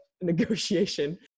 negotiation